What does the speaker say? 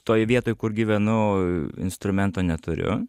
toj vietoj kur gyvenu instrumento neturiu